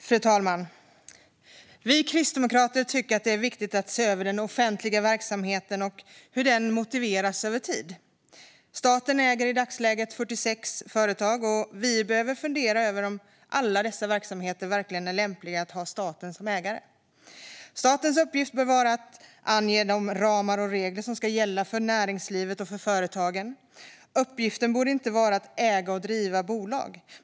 Fru talman! Vi kristdemokrater tycker att det är viktigt att se över den offentliga verksamheten och hur den motiveras över tid. Staten äger i dagsläget 46 företag, och vi behöver fundera över om alla dessa verksamheter verkligen är lämpade att ha staten som ägare. Statens uppgift bör vara att ange de ramar och regler som ska gälla för näringslivet och för företagen. Uppgiften borde inte vara att äga och driva bolag.